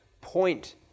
point